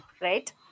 right